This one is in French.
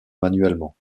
manuellement